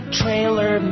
trailer